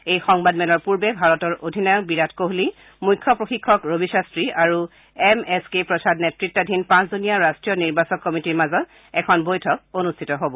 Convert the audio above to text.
এই সংবাদ মেলৰ পূৰ্বে ভাৰতৰ অধিনায়ক বিৰাট কোহলী মুখ্য প্ৰশিক্ষক ৰবি শাস্ত্ৰী আৰু এমএছকে প্ৰসাদ নেত্ৰতাধীন পাঁচজনীয়া ৰাষ্ট্ৰীয় নিৰ্বাচক কমিটীৰ মাজত এখন বৈঠক অনুষ্ঠিত হ'ব